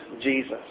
Jesus